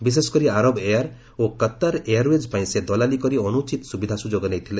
ବିଶେଷକରି Arab air ଓ Qatar airways ପାଇଁ ସେ ଦଲାଲି କରି ଅନୁଚିତ ସୁବିଧା ସୁଯୋଗ ନେଇଥିଲେ